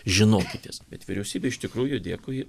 žinokitės bet vyriausybė iš tikrųjų dėkui